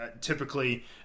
typically